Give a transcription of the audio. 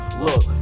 Look